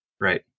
Right